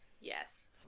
yes